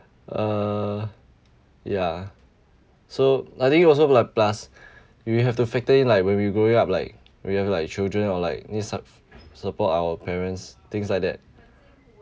uh ya so I think also like plus we will have to factor in like when we growing up like we have like children or like need sup~ support our parents things like that